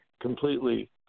completely